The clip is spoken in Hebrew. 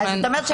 זאת אומרת,